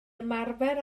ymarfer